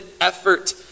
effort